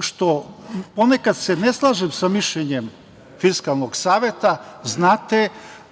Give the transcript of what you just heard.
što ponekad se ne slažem sa mišljenjem Fiskalnog saveta